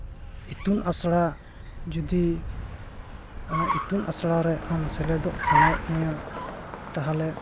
ᱤᱛᱩᱱ ᱟᱥᱲᱟ ᱡᱩᱫᱤ ᱚᱱᱟ ᱤᱛᱩᱱ ᱟᱥᱲᱟ ᱨᱮ ᱟᱢ ᱥᱮᱞᱮᱫᱚᱜ ᱥᱟᱱᱟᱭᱮᱫ ᱢᱮᱭᱟ ᱛᱟᱦᱞᱮ